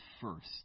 first